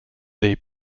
they